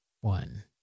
one